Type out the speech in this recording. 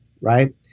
right